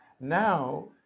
Now